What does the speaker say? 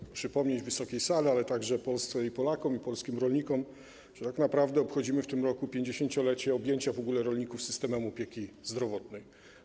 Warto przypomnieć Wysokiej Izbie, ale także Polkom i Polakom, i polskim rolnikom, że tak naprawdę obchodzimy w tym roku pięćdziesięciolecie w ogóle objęcia rolników systemem opieki zdrowotnej.